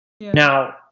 Now